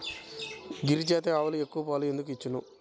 గిరిజాతి ఆవులు ఎక్కువ పాలు ఎందుకు ఇచ్చును?